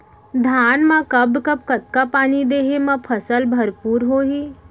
धान मा कब कब कतका पानी देहे मा फसल भरपूर होही?